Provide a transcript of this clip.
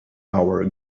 hour